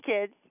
Kids